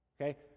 Okay